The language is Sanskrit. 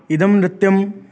इदं नृत्यं